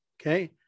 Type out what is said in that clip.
Okay